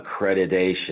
accreditation